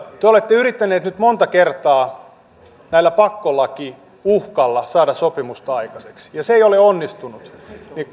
te te olette yrittäneet nyt monta kertaa tällä pakkolakiuhkalla saada sopimusta aikaiseksi ja se ei ole onnistunut